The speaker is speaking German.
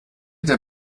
der